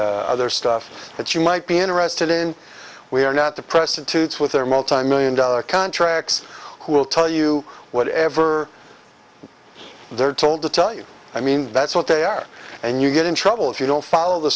and other stuff that you might be interested in we are not the prostitutes with their multimillion dollar contracts who will tell you whatever they're told to tell you i mean that's what they are and you get in trouble if you don't follow the